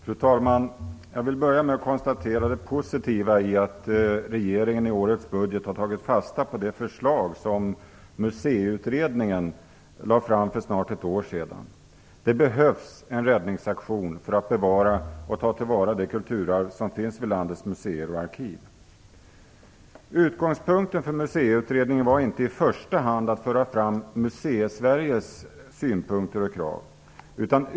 Fru talman! Jag vill börja med att konstatera det positiva i att regeringen i årets budget har tagit fasta på det förslag som Museiutredningen lade fram för snart ett år sedan. Det behövs en räddningsaktion för att bevara och ta till vara det kulturarv som finns vid landets museer och arkiv. Utgångspunkten för Museiutredningen var inte i första hand att föra fram Museisveriges synpunkter och krav.